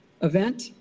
event